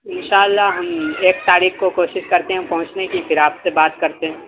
انشاء اللہ ہم ایک تاریخ کو کوشش کرتے ہیں پہنچنے کی پھر آپ سے بات کرتے ہیں